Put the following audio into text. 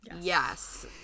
Yes